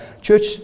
church